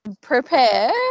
prepare